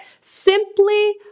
simply